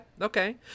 okay